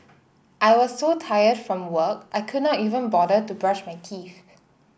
I was so tired from work I could not even bother to brush my teeth